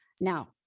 Now